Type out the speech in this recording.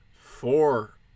four